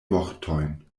vortojn